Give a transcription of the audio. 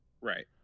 Right